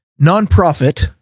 nonprofit